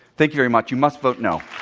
thank you very much. you must vote no.